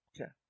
Okay